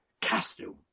costume